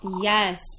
Yes